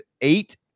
eight